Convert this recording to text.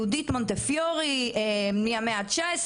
יהודית מונטיפיורי מהמאה ה-19,